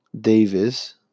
Davis